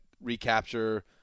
recapture